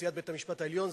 נשיאת בית-המשפט העליון,